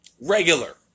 Regular